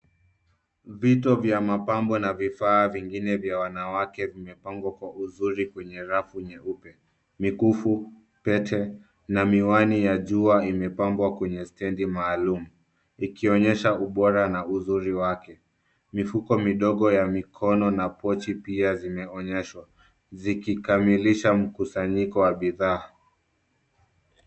Vito vya mapambo na vifaa vingine vya wanawake vimepangwa kwa uzuri kwenye rafu nyeupe. Mikufu, pete, na miwani ya jua imepambwa kwenye stenji maalumu, ikionyesha ubora na uzuri wake. Mifuko midogo ya mikono na pochi pia zimeonyeshwa, zikikamilisha mkusanyiko wa bidhaa.